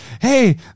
hey